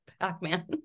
Pac-Man